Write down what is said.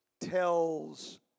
tells